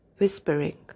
whispering